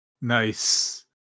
Nice